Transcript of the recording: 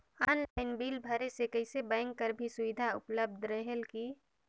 Online bill भरे से कइसे बैंक कर भी सुविधा उपलब्ध रेहेल की?